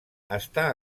està